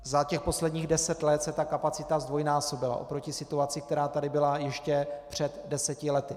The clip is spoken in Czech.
Za posledních deset let se kapacita zdvojnásobila oproti situaci, která tady byla ještě před deseti lety.